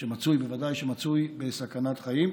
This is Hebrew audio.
בוודאי שמצוי בסכנת חיים,